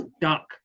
duck